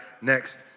next